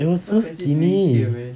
it was so skinny